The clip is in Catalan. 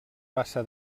bassa